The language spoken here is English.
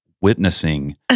witnessing